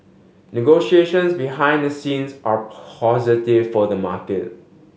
negotiations behind the scenes are positive for the market